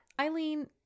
Eileen